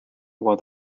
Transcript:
while